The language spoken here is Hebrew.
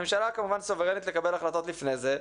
הממשלה כמובן סוברנית לקבל החלטות לפני זה,